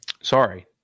sorry